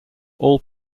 all